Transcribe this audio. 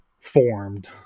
formed